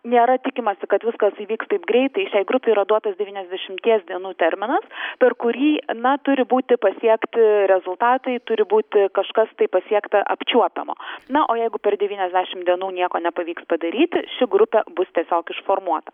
nėra tikimasi kad viskas įvyks taip greitai šiai grupei yra duotas devyniasdešimties dienų terminas per kurį na turi būti pasiekti rezultatai turi būti kažkas tai pasiekta apčiuopiamo na o jeigu per devyniasdešim dienų nieko nepavyks padaryti ši grupė bus tiesiog išformuota